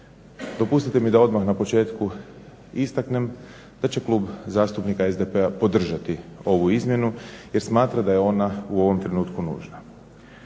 Dopustite mi da odmah na početku istaknem da će Klub zastupnika SDP-a podržati ovu izmjenu jer smatra da je ona u ovom trenutku nužna.